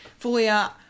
Fulia